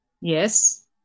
Yes